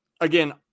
again